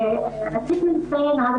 כולם וחושבים שאני מן הבית יכולה לעזור.